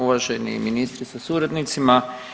Uvaženi ministre sa suradnicima.